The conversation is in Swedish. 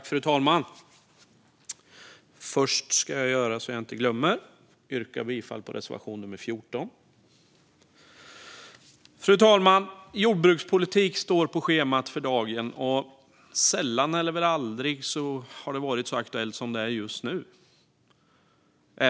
Fru talman! Först vill jag yrka bifall till reservation 14. Jordbrukspolitik står på schemat för dagen, och sällan eller aldrig har detta varit så aktuellt som det är just nu.